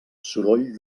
soroll